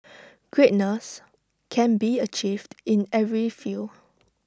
greatness can be achieved in every field